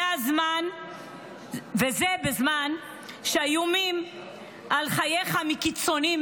זה בזמן שהאיומים על חייך מקיצוניים,